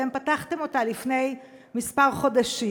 אתם פתחתם אותו לפני כמה חודשים,